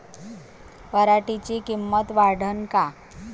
पराटीची किंमत वाढन का?